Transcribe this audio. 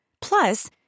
Plus